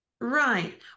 Right